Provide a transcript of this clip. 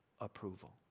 approval